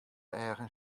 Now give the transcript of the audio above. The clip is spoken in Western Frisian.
eagen